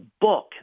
book